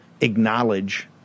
acknowledge